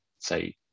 say